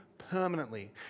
permanently